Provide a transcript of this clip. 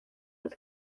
with